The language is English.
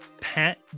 Pat